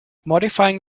modifying